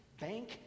bank